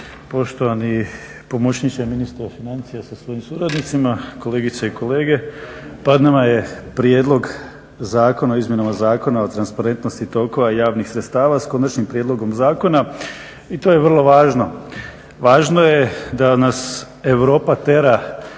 Poštovani pomoćniče ministra financija sa svojim suradnicima, kolegice i kolege. Pred nama je prijedlog zakona o izmjenama Zakona o transparentnosti tokova javnih sredstava s konačnim prijedlogom zakona i to je vrlo važno. Važno je da nas Europa tjera